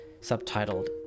subtitled